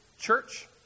church